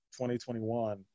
2021